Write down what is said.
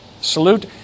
Salute